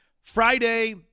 Friday